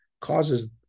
causes